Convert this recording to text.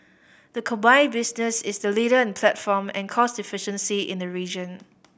the combined business is the leader in platform and cost efficiency in the region